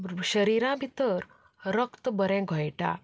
शरिरां भितर रक्त बरें घोयटा